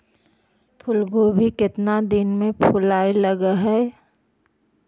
फुलगोभी केतना दिन में फुलाइ लग है?